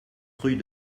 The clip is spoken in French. rue